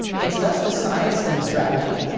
it's less the science than the strategy.